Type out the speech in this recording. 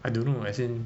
I don't know as in